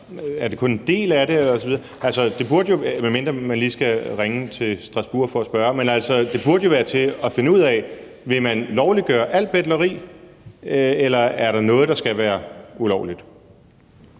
for at spørge? Men det burde jo være til at finde ud af. Vil man lovliggøre alt betleri, eller er der noget, der skal være ulovligt?